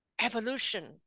evolution